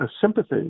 sympathy